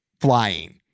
flying